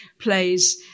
plays